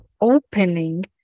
opening